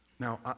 Now